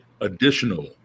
additional